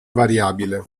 variabile